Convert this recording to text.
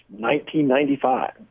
1995